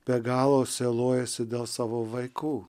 be galo sielojasi dėl savo vaikų